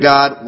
God